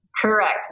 Correct